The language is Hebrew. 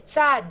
לצד